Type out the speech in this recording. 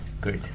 great